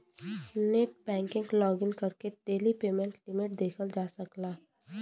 net banking login करके daily payment limit देखल जा सकला